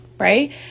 Right